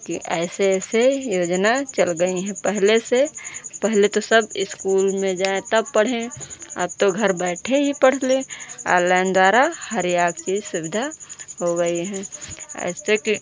कि ऐसी ऐसी योजना चल गई है पहले से पहले तो सब स्कूल में जाएँ तब पढ़ें अब तो घर बैठे ही पढ़ लें ऑनलाइन द्वारा हर एक चीज़ सुविधा हो गई है ऐसे कि